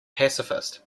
pacifist